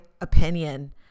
opinion